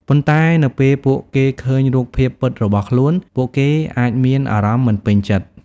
ប៉ុន្តែនៅពេលពួកគេឃើញរូបភាពពិតរបស់ខ្លួន ពួកគេអាចមានអារម្មណ៍មិនពេញចិត្ត។